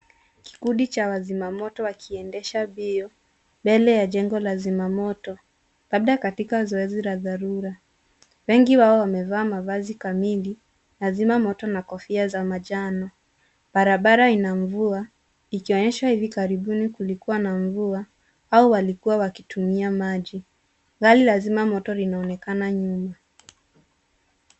Kikundi cha wazimamoto wakiendesha mbio mbele ya jengo la zimamoto. Labda katika zoezi la dharura. Wengi wao wamevaa mavazi kamili ya zimamoto na kofia za manjano. Barabara ina mvua ikionyesha hivi karibuni kulikuwa na mvua au walikuwa wakitumia maji. Gari la zimamoto linaonekana nyuma.